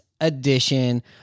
edition